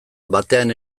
batean